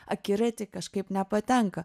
akiratį kažkaip nepatenka